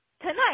tonight